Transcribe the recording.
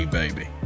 baby